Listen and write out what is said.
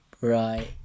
Right